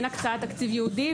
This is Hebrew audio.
הוא שאין הקצאת תקציב ייעודי,